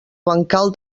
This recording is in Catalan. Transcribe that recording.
bancal